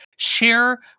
Share